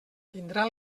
tindrà